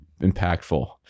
impactful